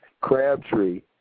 Crabtree